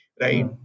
Right